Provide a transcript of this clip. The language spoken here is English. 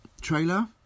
trailer